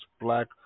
black